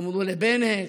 אמרו לבנט,